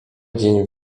dzień